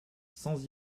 sans